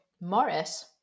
Morris